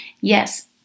Yes